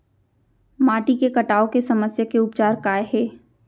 माटी के कटाव के समस्या के उपचार काय हे?